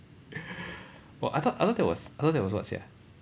oh I thought I thought that was I thought that was what sia